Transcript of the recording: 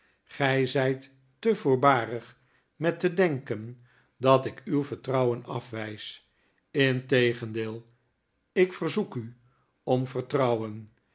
gy zyt te voorbarig met te denken dat ik uw vertrouwen afwys integendeel ik verzoek u om vertrouwen